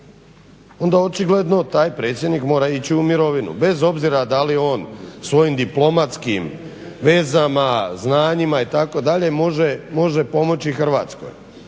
Onda očigledno taj predsjednik mora ići u mirovinu. Bez obzira da li on svojim diplomatskim vezama, znanjima itd. može pomoći Hrvatskoj.